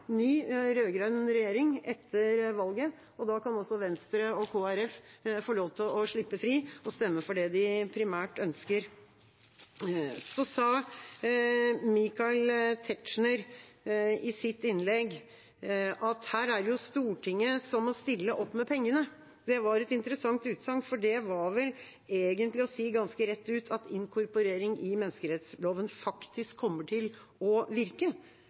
ny, rød-grønn regjering etter valget, og da kan også Venstre og Kristelig Folkeparti få lov til å slippe fri og stemme for det de primært ønsker. Så sa Michael Tetzschner i sitt innlegg at her er det jo Stortinget som må stille opp med pengene. Det var et interessant utsagn, for det var vel egentlig å si ganske rett ut at inkorporering i menneskerettsloven faktisk kommer til å virke.